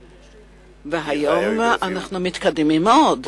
והיום אנחנו מתקדמים מאוד,